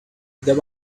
there